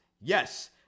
Yes